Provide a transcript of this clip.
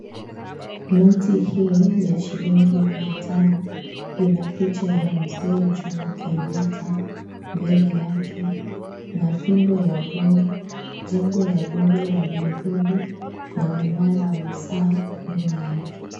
Noti hii ya shilingi mia tano ina picha ya Mzee Jomo Kenyatta mbele yake na fimbo ya bunge, jengo la bunge la Nairobi na mnara wa saa nyuma yake.